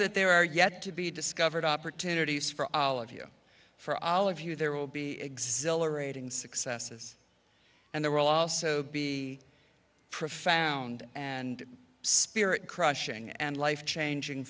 that there are yet to be discovered opportunities for all of you for all of you there will be exhilarating successes and there will also be profound and spirit crushing and life changing